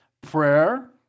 prayer